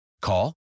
Call